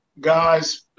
guys